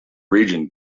region